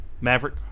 Maverick